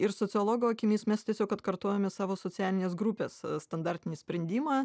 ir sociologo akimis mes tiesiog atkartojame savo socialinės grupės standartinį sprendimą